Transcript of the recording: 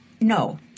no